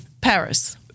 Paris